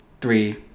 three